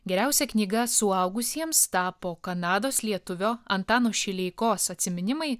geriausia knyga suaugusiems tapo kanados lietuvio antano šileikos atsiminimai